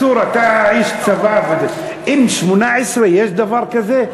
צור, אתה איש צבא וזה, M-18, יש דבר כזה?